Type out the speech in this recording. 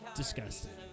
disgusting